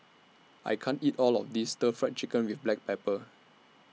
I can't eat All of This Stir Fry Chicken with Black Pepper